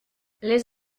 les